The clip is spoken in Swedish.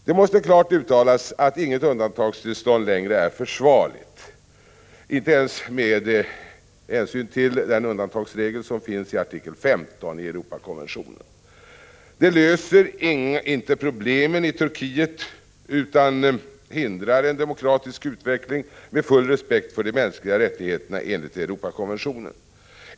Det måste klart uttalas att inget undantagstillstånd längre är försvarligt, inte ens med hänsyn till den undantagsregel som finns i artikel 10 i Europakonventionen. Det löser inte problemen i Turkiet utan hindrar en demokratisk utveckling med full respekt för de mänskliga rättigheterna enligt Europakonventionen.